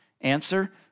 Answer